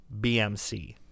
BMC